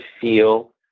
feel